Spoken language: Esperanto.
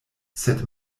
sed